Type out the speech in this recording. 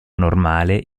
normale